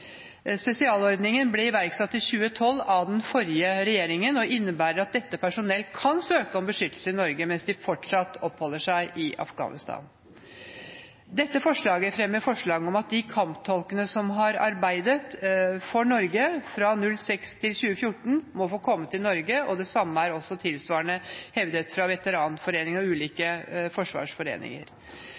Spesialordningen ble iverksatt i 2012 av den forrige regjeringen og innebærer at dette personell kan søke om beskyttelse i Norge mens de fortsatt oppholder seg i Afghanistan. Dette forslaget fremmer forslag om at de kamptolkene som har arbeidet for Norge fra 2006 til 2014, må få komme til Norge. Det samme er også hevdet fra Veteranforbundet SIOPS og ulike forsvarsforeninger.